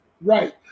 right